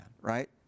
right